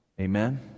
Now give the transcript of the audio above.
Amen